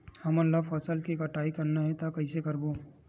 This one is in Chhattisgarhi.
हमन ला फसल के कटाई करना हे त कइसे करबो?